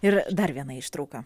ir dar viena ištrauka